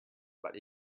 but